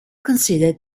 considered